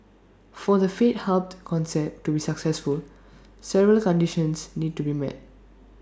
for the faith hub concept to be successful several conditions need to be met